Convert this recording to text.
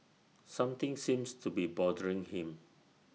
something seems to be bothering him